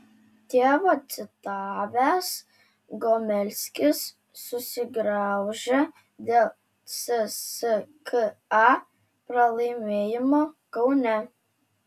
tėvą citavęs gomelskis susigraužė dėl cska pralaimėjimo kaune